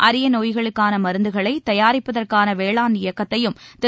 அரிய நோய்களுக்கான மருந்துகளை தயாரிப்பதற்கான வேளாண் இயக்கத்தையும் திரு